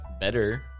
better